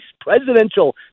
presidential